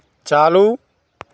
चालू